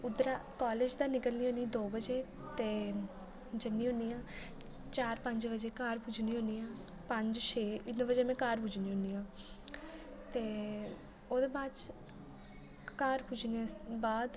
उद्धरा कॉलेज़ दा निकलनी होनी आं दो बजे ते ज'न्नी होनी आं चार पंज बजे घर पुज्जनी होनी आं पंज छेऽ इ'न्ने बजे में घर पुज्जनी होनी आं ते ओह्दे बाच घर पुज्जने बाद